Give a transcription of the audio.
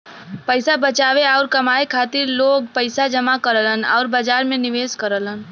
पैसा बचावे आउर कमाए खातिर लोग पैसा जमा करलन आउर बाजार में निवेश करलन